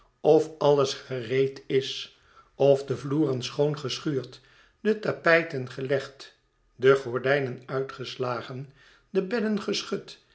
of alles gereed is of de vloeren schoon geschuurd de tapijten gelegd de gordijnen uitgeslagen de bedden geschud